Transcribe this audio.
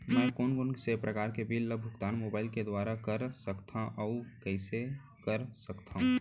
मैं कोन कोन से प्रकार के बिल के भुगतान मोबाईल के दुवारा कर सकथव अऊ कइसे कर सकथव?